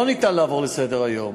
לא ניתן לעבור לסדר-היום.